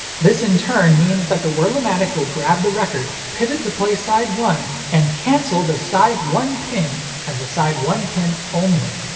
this in turn means that the wurlamatic will grab the record, pivot to play side one, and cancel the side one pin and the side one pin only.